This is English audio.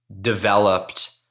developed